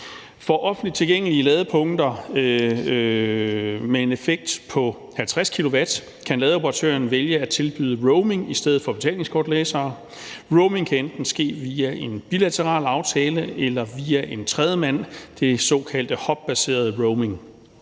For offentligt tilgængelige ladepunkter med en effekt på 50 kW kan ladeoperatøren vælge at tilbyde roaming i stedet for betalingskortlæsere. Roaming kan enten ske via en bilateral aftale eller via tredjemand, den såkaldte hubbaserede roaming.